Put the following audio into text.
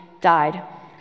died